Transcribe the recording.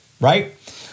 right